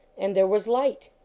and there was light.